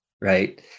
right